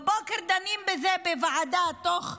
בבוקר דנים בזה בוועדה, בזמן